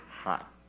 hot